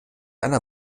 einer